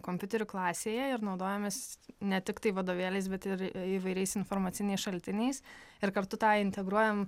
kompiuterių klasėje ir naudojamės ne tiktai vadovėliais bet ir įvairiais informaciniais šaltiniais ir kartu tą integruojam